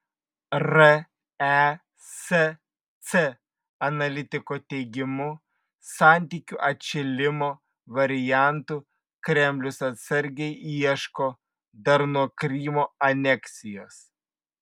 resc analitiko teigimu santykių atšilimo variantų kremlius atsargiai ieško dar nuo krymo aneksijos